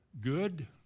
good